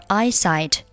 eyesight